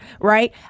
Right